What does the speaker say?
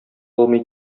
алмый